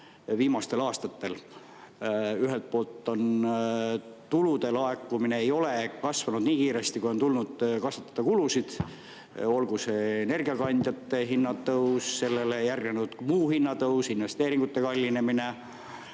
viimastel aastatel. Tulude laekumine ei ole kasvanud nii kiiresti, kui on tulnud kasvatada kulusid, olgu selleks energiakandjate hinna tõus, sellele järgnenud muud hinnatõusud, investeeringute kallinemine,